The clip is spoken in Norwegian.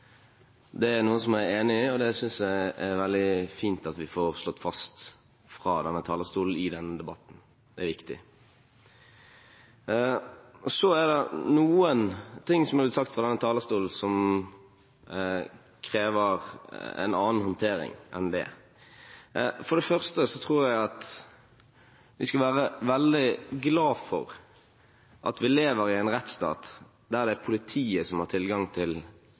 Det er noe jeg er enig i, og det synes jeg det er veldig fint at vi får slått fast fra denne talerstolen i denne debatten. Det er viktig. Så er det noen ting som er sagt fra denne talerstolen som krever en annen håndtering enn det. For det første tror jeg at vi skal være veldig glad for at vi lever i en rettsstat der det er politiet som har tilgang til